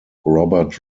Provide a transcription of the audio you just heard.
robert